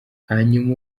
hanyuma